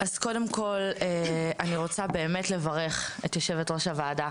אני רוצה לברך את יושבת-ראש הוועדה,